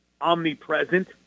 omnipresent